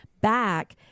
back